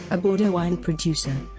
a bordeaux wine producer.